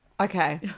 Okay